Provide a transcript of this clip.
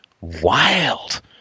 wild